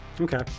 Okay